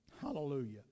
Hallelujah